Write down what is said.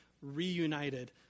reunited